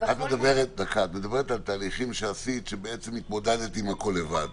את מדברת על תהליכים שעשית שבעצם התמודדת עם הכול לבד?